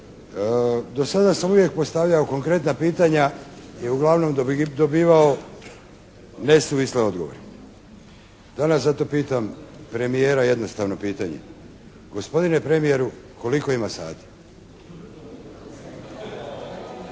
Do sada sam uvijek postavljao konkretna pitanja i uglavnom dobivao nesuvisle odgovore. Danas zato pitam premijera jednostavno pitanje. Gospodine premijeru, koliko ima sati?